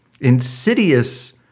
insidious